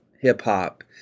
hip-hop